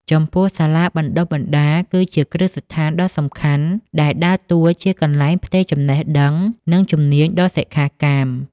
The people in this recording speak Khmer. ចំពោះសាលាបណ្តុះបណ្តាលគឺជាគ្រឹះស្ថានដ៏សំខាន់ដែលដើរតួជាកន្លែងផ្ទេរចំណេះដឹង និងជំនាញដល់សិក្ខាកាម។